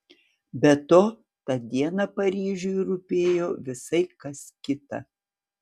be to tą dieną paryžiui rūpėjo visai kas kita